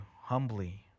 humbly